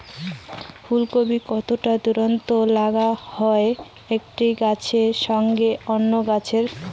ফুলকপি কতটা দূরত্বে লাগাতে হয় একটি গাছের সঙ্গে অন্য গাছের?